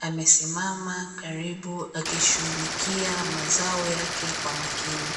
amesimama karibu akishughulikia mazao yake wa makini.